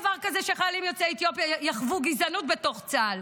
ואין דבר כזה שחיילים יוצאי אתיופיה יחוו גזענות בתוך צה"ל.